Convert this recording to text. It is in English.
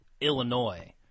Illinois